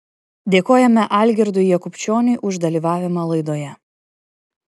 dėkojame algirdui jakubčioniui už dalyvavimą laidoje